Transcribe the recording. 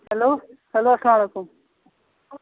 hello hello السلام علیکُم